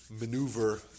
maneuver